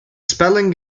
spelling